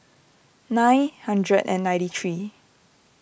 nine hundred and ninety three